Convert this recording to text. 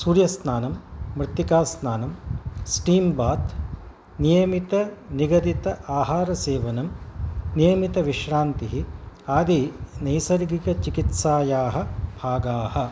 सूर्यस्नानं मृत्तिकास्नानं स्टीम्बात् नियमितनिगदित आहारसेवनं नियमितविश्रान्तिः आदि नैसर्गिकचिकित्सायाः भागाः